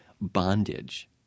bondage